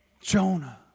Jonah